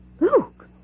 Luke